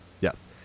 Yes